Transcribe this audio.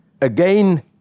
again